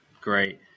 Great